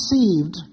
deceived